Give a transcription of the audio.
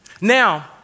Now